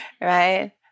right